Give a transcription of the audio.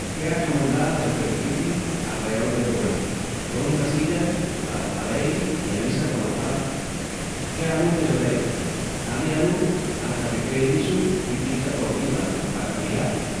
Quea escamondá la superficii alreol del bujeru, poni massilla palas pareis, alisa cola espátula, quéa-lu que s'orei, alixa-lu ata que quei lisu i pinta por cima p'acabijal.